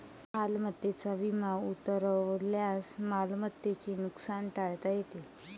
मालमत्तेचा विमा उतरवल्यास मालमत्तेचे नुकसान टाळता येते